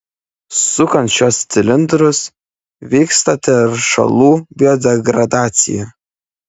sukant šiuos cilindrus vyksta teršalų biodegradacija